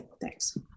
thanks